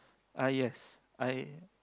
uh yes I